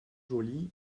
joly